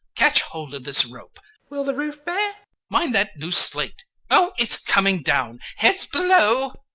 catch hold of this rope will the roof bear mind that loose slate oh, it's coming down! heads below